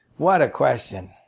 what a question.